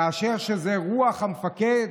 כאשר זו רוח המפקד?